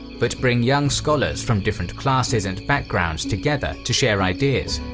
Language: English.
but bring young scholars from different classes and backgrounds together to share ideas.